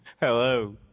Hello